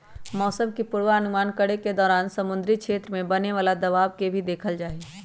मौसम के पूर्वानुमान करे के दौरान समुद्री क्षेत्र में बने वाला दबाव के भी देखल जाहई